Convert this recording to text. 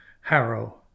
harrow